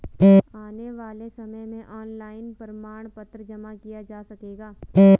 आने वाले समय में ऑनलाइन प्रमाण पत्र जमा किया जा सकेगा